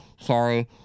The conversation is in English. Sorry